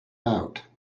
out